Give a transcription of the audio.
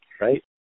right